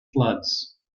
floods